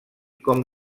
com